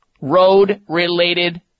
road-related